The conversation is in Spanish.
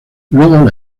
luego